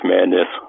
Madness